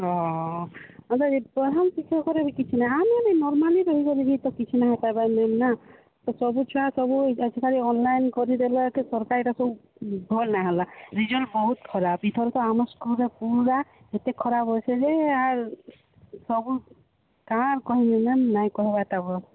ହଁ ହଁ ମୁଁ କହିଲି ପହଞ୍ଚିବା ପରେ ବି କିଛି ନାହିଁ ଆମେ ବି ନର୍ମାଲି ରହିପାରିବା କିଛି ନାଇଁ କହିପାରବା ନା ତ ସବୁ ଛୁଆ ସବୁ ଆଜିକାଲି ଅନଲାଇନ୍ କରିଦେଲେ ତ ସରକାର ଏଇଟା ସବୁ ଭଲ୍ ନାଇଁ ହେଲା ନିଜର୍ ବହୁତ ଖରାପ ଏଥରକ ଆମ ସ୍କୁଲ୍ରେ ପୁରା ଏତେ ଖରାପ୍ ଅଛି ଯେ ଆର୍ ସବୁ କାଣା କହିମି ମ୍ୟାଡ଼ାମ୍ ନାଇଁ କହିବାଟା ଭଲ୍